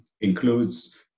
includes